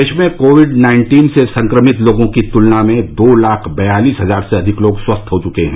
देश में COVID nineteen से संक्रमित लोगों की तुलना में दो लाख बयालीस हजार से अधिक लोग स्वस्थ हो चुके हैं